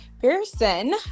Pearson